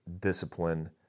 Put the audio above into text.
discipline